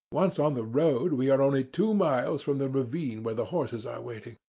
once on the road we are only two miles from the ravine where the horses are waiting.